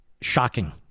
shocking